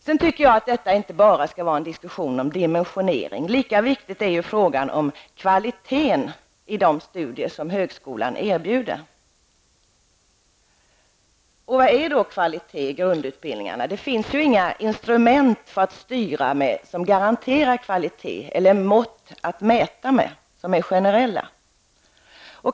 Jag tycker inte att detta bara skall vara en diskussion om dimensionering. Lika viktig är kvaliteten på de studier som högskolan erbjuder. Vad är då kvalitet i grundutbildningen? Det finns ju inga instrument att styra med som garanterar kvalitet, eller mått att mäta med som är generella.